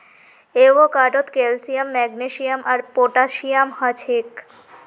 एवोकाडोत calcium magnesium आर potassium हछेक